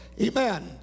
Amen